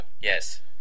Yes